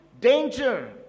danger